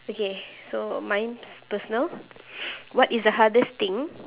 okay so mine pers~ personal what is the hardest thing